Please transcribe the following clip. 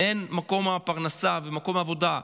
אין מקום פרנסה ומקום עבודה,